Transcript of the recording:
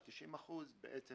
ה-90% בעצם